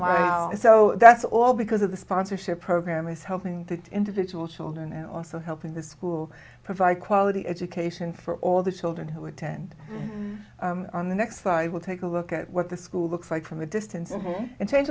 wow so that's all because of the sponsorship program is helping the individual children and also helping the school provide quality education for all the children who attend on the next five will take a look at what the school looks like from a distance and change